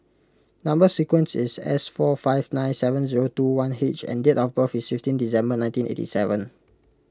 Number Sequence is S four five nine seven zero two one H and date of birth is fifteen December nineteen eight seven